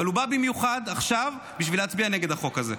אבל הוא בא במיוחד עכשיו בשביל להצביע נגד החוק הזה.